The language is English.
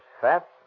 fat